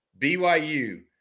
BYU